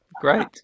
great